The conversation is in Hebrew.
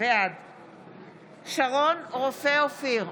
בעד שרון רופא אופיר,